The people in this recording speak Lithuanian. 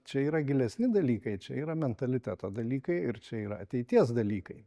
čia yra gilesni dalykai čia yra mentaliteto dalykai ir čia yra ateities dalykai